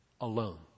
alone